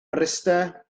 mryste